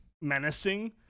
menacing